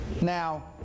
Now